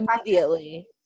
immediately